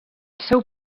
seu